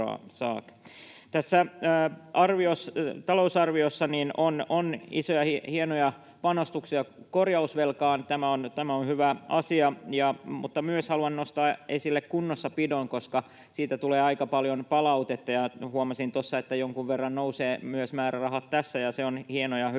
Tässä talousarviossa on isoja, hienoja panostuksia korjausvelkaan. Tämä on hyvä asia, mutta haluan nostaa esille myös kunnossapidon, koska siitä tulee aika paljon palautetta. Huomasin tuossa, että jonkun verran nousee määrärahat myös tässä, ja se on hieno ja hyvä asia.